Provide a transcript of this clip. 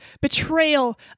betrayal